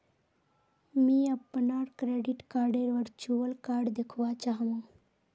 मी अपनार क्रेडिट कार्डडेर वर्चुअल कार्ड दखवा चाह मु